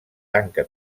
tanca